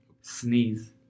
sneeze